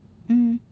mm